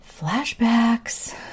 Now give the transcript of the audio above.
Flashbacks